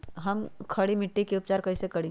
हम खड़ी मिट्टी के उपचार कईसे करी?